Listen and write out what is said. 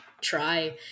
try